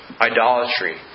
idolatry